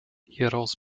hieraus